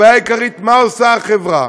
הבעיה העיקרית, מה עושה החברה,